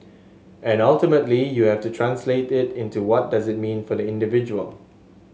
and ultimately you have to translate it into what does it mean for the individual